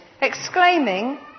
exclaiming